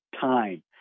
time